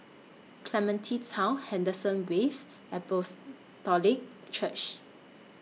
Clementi Town Henderson Wave Apostolic Church